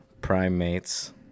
Primates